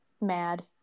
mad